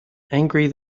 angry